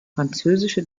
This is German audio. französische